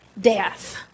death